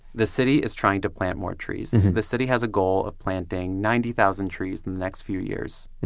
the city is trying to plant more trees. the city has a goal of planting ninety thousand trees in the next few years.